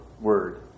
word